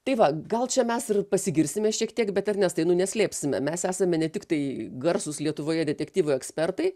tai va gal čia mes ir pasigirsime šiek tiek bet ernestai nu neslėpsime mes esame ne tiktai garsūs lietuvoje detektyvų ekspertai